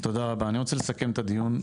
תודה רבה, אני רוצה לסכם את הדיון.